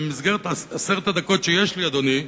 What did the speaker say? במסגרת עשר הדקות שיש לי, אדוני,